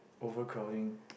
overcrowding